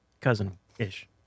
cousin-ish